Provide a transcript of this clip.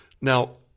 Now